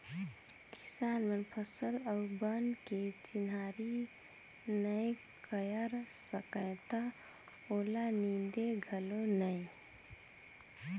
किसान मन फसल अउ बन के चिन्हारी नई कयर सकय त ओला नींदे घलो नई